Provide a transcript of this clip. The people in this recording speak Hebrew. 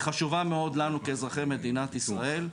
שהיא חשובה מאוד לנו כאזרחי מדינת ישראל,